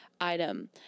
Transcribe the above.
item